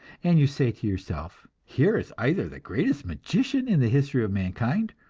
and you say to yourself here is either the greatest magician in the history of mankind,